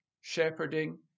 shepherding